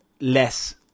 less